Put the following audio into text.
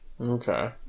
Okay